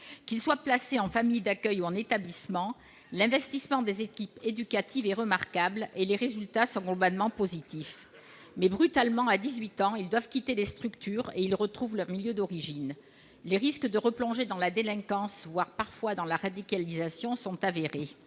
Qu'ils soient placés en famille d'accueil ou dans un établissement, l'investissement des équipes éducatives est remarquable et les résultats sont globalement positifs. Toutefois, à 18 ans, ils doivent brutalement quitter les structures et retrouver leur milieu d'origine. Les risques de replonger dans la délinquance, voire parfois dans la radicalisation, sont avérés.